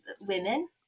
women